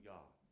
God